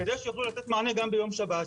כדי שיוכלו לתת מענה גם ביום שבת.